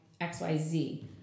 XYZ